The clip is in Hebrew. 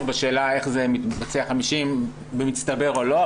בשאלה איך זה מתבצע 50 במצטבר או לא,